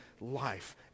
life